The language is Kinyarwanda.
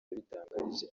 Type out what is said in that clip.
yabitangarije